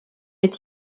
est